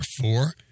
four